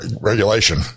regulation